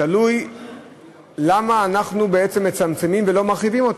תלוי למה אנחנו בעצם מצמצמים ולא מרחיבים אותה.